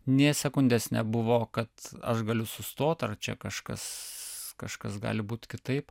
nė sekundės nebuvo kad aš galiu sustot ar čia kažkas kažkas gali būti kitaip